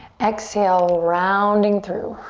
exhale, rounding through.